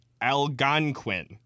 Algonquin